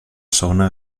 segona